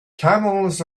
camels